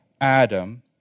Adam